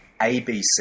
ABC